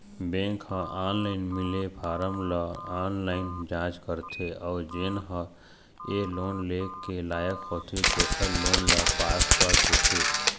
bank ह online मिले form ल ऑनलाईन जाँच करथे अउ जेन ह ए लोन लेय के लइक होथे तेखर लोन ल पास कर देथे